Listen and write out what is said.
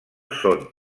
són